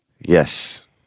Yes